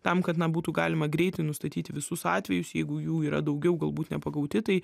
tam kad na būtų galima greitai nustatyti visus atvejus jeigu jų yra daugiau galbūt nepagauti tai